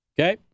Okay